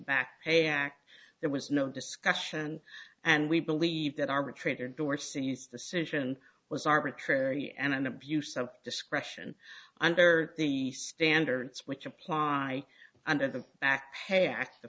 pay act there was no discussion and we believe that arbitrator dorsey's the situation was arbitrary and an abuse of discretion under the standards which apply under the backpack the